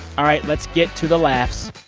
all right. let's get to the laughs